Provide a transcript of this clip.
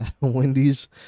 Wendy's